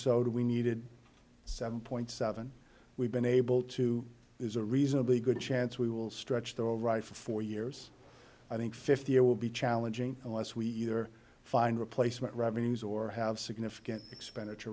so do we needed seven point seven we've been able to there's a reasonably good chance we will stretch that all right for four years i think fifty it will be challenging unless we either find replacement revenues or have significant expenditure